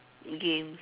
game